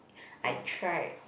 I tried